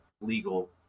legal